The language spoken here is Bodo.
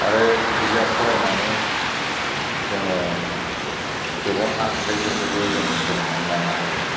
आरो बिजाब फरायनानै जोङो गोबां आखुथायफोरखौबो जोङो सोलोंनानै लानो हायो